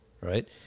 right